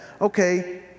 okay